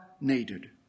needed